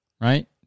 Right